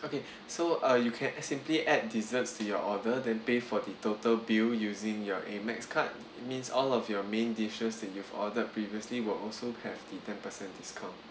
okay so uh you can simply add desserts to your order then pay for the total bill using your amex card means all of your main dishes you've ordered previously will also have the ten percent discount